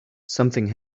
something